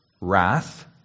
Wrath